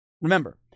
remember